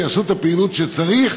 שיעשו את הפעילות שצריך,